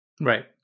right